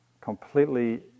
completely